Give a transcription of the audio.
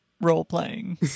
role-playing